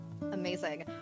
Amazing